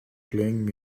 playing